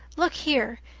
look here.